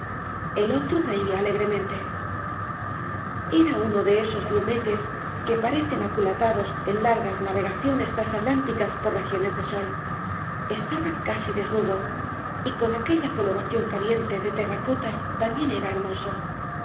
el otro reía alegremente era uno de esos grumetes que parecen aculatados en largas navegaciones trasatlánticas por regiones de sol estaba casi desnudo y con aquella coloración caliente de terracota también era